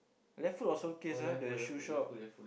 Left-Foot or Solecase ah the shoe shop